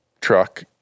truck